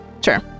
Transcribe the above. Sure